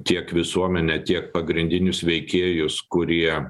tiek visuomenę tiek pagrindinius veikėjus kurie